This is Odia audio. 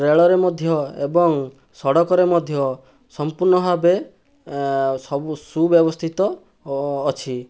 ରେଳରେ ମଧ୍ୟ ଏବଂ ସଡ଼କରେ ମଧ୍ୟ ସମ୍ପୂର୍ଣ୍ଣ ଭାବେ ସବୁ ସୁବ୍ୟବସ୍ଥିତ ଅଛି